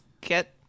get